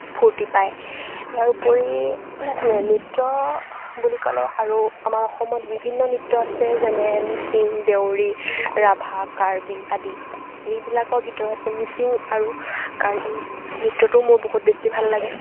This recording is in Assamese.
ফূৰ্তি পায় ইয়াৰ উপৰি নৃত্য বুলি ক'লে আৰু আমাৰ অসমত বিভিন্ন নৃত্য আছে যেনে মিচিং দেউৰী ৰাভা কাৰ্বি আদিত এইবিলাকৰ ভিতৰত মিচিং আৰু কাৰ্বি নৃত্যটো মোৰ বহুত বেছি ভাল লাগে